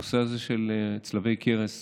הנושא הזה של צלבי קרס